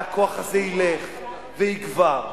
והכוח הזה ילך ויגבר.